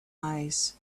eyes